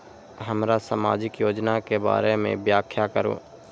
हमरा सामाजिक योजना के बारे में व्याख्या करु?